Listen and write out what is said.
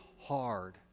hard